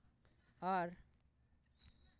ᱟᱨ